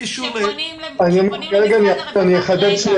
אני אחדד.